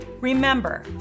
Remember